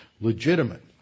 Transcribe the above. legitimate